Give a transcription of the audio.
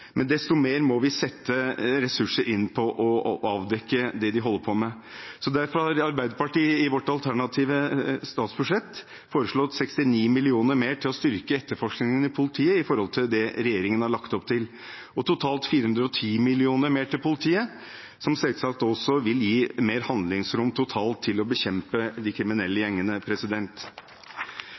men desto mer må vi sette ressurser inn på å avdekke det de holder på med. Derfor har Arbeiderpartiet i sitt alternative statsbudsjett foreslått 69 mill. kr mer til å styrke etterforskningen i politiet i forhold til det regjeringen har lagt opp til, og totalt 410 mill. kr mer til politiet, noe som selvsagt også vil gi mer handlingsrom totalt til å bekjempe de kriminelle gjengene.